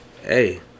Hey